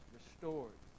Restored